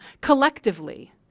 collectively